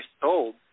sold